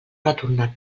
retornar